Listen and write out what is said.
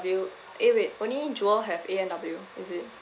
eh wait only jewel have A and W is it